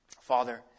Father